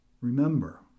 remember